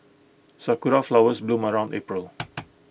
Sakura Flowers bloom around April